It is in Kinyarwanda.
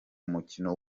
mukino